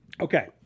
Okay